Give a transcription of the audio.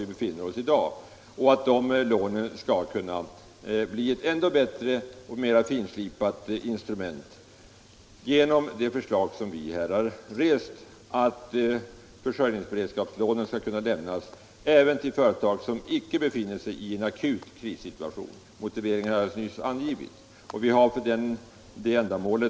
Vi anser att de lånen skall kunna bli ett ännu bättre och mer finslipat instrument genom de förslag vi har rest, nämligen att försörjningsberedskapslånen skall kunna lämnas även till företag som icke befinner sig i en akut krissituation. Motiveringen till det har jag alldeles nyss angivit.